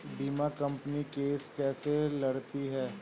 बीमा company case कैसे लड़ती है?